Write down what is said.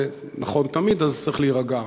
זה נכון תמיד, אז צריך להירגע.